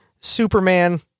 Superman